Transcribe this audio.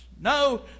No